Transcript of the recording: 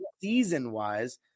season-wise